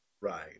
Right